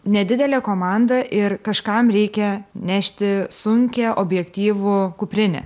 nedidelė komanda ir kažkam reikia nešti sunkią objektyvų kuprinę